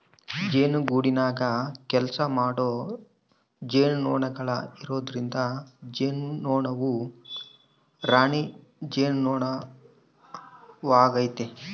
ಜೇನುಗೂಡಿನಗ ಕೆಲಸಮಾಡೊ ಜೇನುನೊಣಗಳು ಇರೊದ್ರಿಂದ ಜೇನುನೊಣವು ರಾಣಿ ಜೇನುನೊಣವಾತತೆ